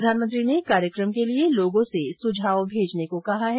प्रधानमंत्री ने कार्यक्रम के लिए लोगों से सुझाव भेजने को कहा है